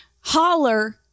Holler